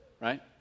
right